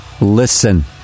Listen